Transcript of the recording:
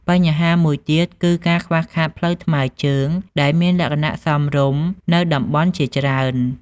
បញ្ហាមួយទៀត គឺការខ្វះខាតផ្លូវថ្មើរជើងដែលមានលក្ខណៈសមរម្យនៅតំបន់ជាច្រើន។